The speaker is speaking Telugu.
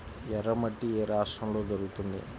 ఎర్రమట్టి ఏ రాష్ట్రంలో దొరుకుతుంది?